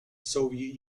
soviet